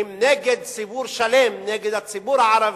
הם נגד ציבור שלם, נגד הציבור הערבי,